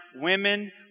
women